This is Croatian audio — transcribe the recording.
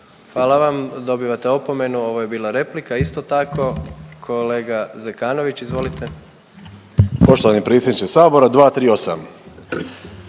Hvala vam, dobivate opomenu ovo je bila replika isto tako. Kolega Zekanović izvolite. **Zekanović, Hrvoje